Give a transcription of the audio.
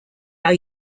are